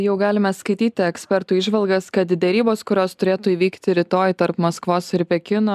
jau galime skaityti ekspertų įžvalgas kad derybos kurios turėtų įvykti rytoj tarp maskvos ir pekino